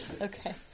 Okay